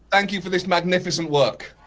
thank you for this magnificent work.